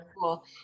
cool